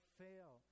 fail